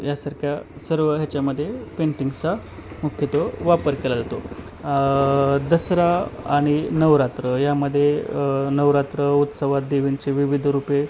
यांसारख्या सर्व ह्याच्यामध्ये पेंटिंग्जचा मुख्यतः वापर केला जातो दसरा आणि नवरात्र यामध्ये नवरात्र उत्सवात देवींची विविध रूपे